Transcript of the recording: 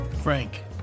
Frank